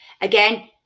again